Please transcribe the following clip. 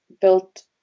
built